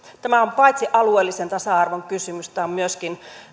tämä on paitsi alueellisen tasa arvon kysymys myöskin